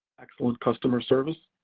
excellent customer service,